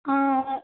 ஆ